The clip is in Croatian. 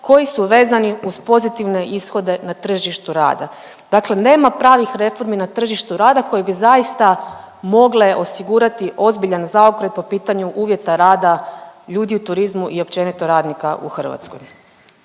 koji su vezani uz pozitivne ishode na tržištu rada. Dakle, nema pravih reformi na tržištu rada koje bi zaista mogle osigurati ozbiljan zaokret po pitanju uvjeta rada ljudi u turizmu i općenito radnika u Hrvatskoj.